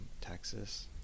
texas